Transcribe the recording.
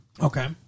Okay